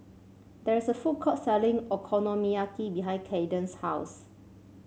there is a food court selling Okonomiyaki behind Kaden's house